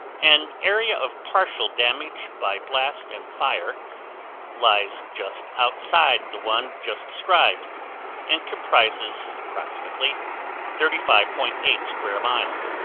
an area of partial damage by blast and fire lies just outside the one just described and comprises approximately thirty five point eight square miles.